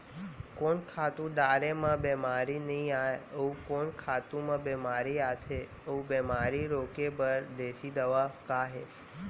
कोन खातू डारे म बेमारी नई आये, अऊ कोन खातू म बेमारी आथे अऊ बेमारी रोके बर देसी दवा का हे?